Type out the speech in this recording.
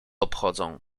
obchodzą